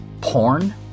porn